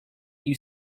you